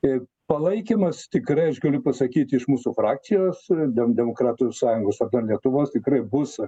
ir palaikymas tikrai aš galiu pasakyti iš mūsų frakcijos dėl demokratų sąjungos vardan lietuvos tikrai bus